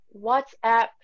WhatsApp